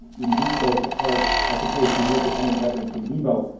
in vitro as opposed as opposed to no definitive evidence in vivo.